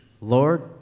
Lord